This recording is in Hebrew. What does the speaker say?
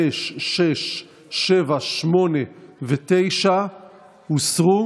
5, 6, 7, 8 ו-9 הוסרו.